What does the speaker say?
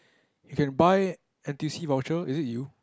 you can buy n_t_u_c voucher is it you